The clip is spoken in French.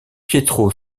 pietro